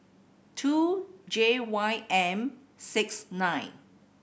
two J Y M six nine